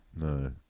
no